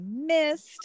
missed